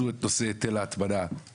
הפרשייה שהיתה עם סגירת